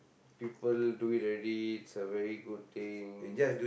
people do it already it's a very good thing